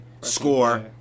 score